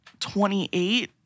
28